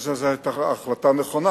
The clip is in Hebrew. אני חושב שזו היתה החלטה נכונה,